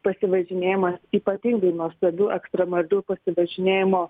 pasivažinėjimas ypatingai nuostabių ekstremalių pasivažinėjimo